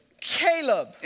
Caleb